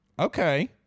Okay